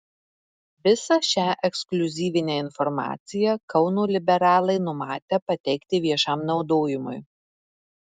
visą šią ekskliuzyvinę informaciją kauno liberalai numatę pateikti viešam naudojimui